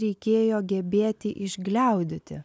reikėjo gebėti išgliaudyti